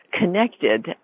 connected